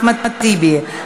אחמד טיבי,